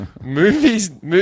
movies